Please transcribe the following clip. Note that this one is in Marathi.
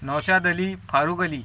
नौशाद अली फारूक अली